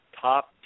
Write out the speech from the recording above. top